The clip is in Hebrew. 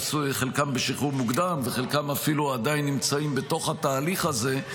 חלקם בשחרור מוקדם וחלקם אפילו עדיין נמצאים בתהליך הזה,